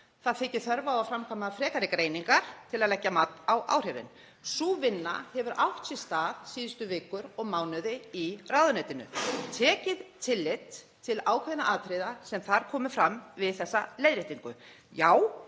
það þykir þörf á að framkvæma frekari greiningar til að leggja mat á áhrifin. Sú vinna hefur átt sér stað síðustu vikur og mánuði í ráðuneytinu, tekið tillit til ákveðinna atriða sem komu fram við þessa leiðréttingu.